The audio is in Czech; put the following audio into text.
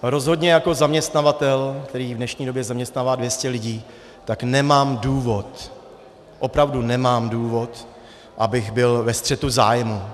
Rozhodně jako zaměstnavatel, který v dnešní době zaměstnává 200 lidí, tak nemám důvod, opravdu nemám důvod, abych byl ve střetu zájmů.